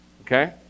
Okay